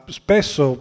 spesso